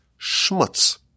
schmutz